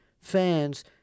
fans